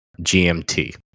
GMT